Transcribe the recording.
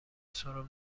سرم